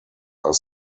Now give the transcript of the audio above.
are